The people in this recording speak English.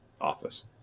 office